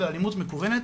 באלימות מקוונת,